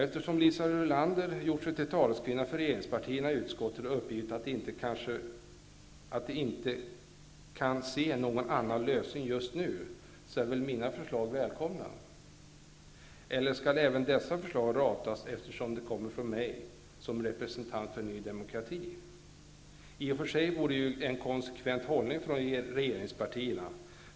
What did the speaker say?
Eftersom Liisa Rulander har gjort sig till taleskvinna för regeringspartierna i utskottet och uppgivit att de inte kan se någon annan lösning just nu, är väl mina förslag välkomna. Eller skall även dessa förslag ratas eftersom de kommer från mig som representant för Ny demokrati? I och för sig vore det ju en konsekvent hållning från regeringspartierna.